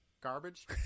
garbage